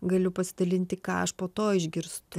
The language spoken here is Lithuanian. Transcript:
galiu pasidalinti ką aš po to išgirstu